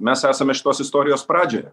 mes esame šitos istorijos pradžioje